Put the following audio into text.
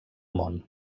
món